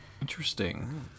Interesting